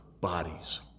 bodies